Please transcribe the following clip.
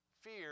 fear